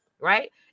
right